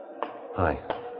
Hi